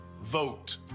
vote